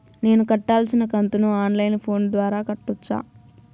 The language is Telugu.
నేను కట్టాల్సిన కంతును ఆన్ లైను ఫోను ద్వారా కట్టొచ్చా?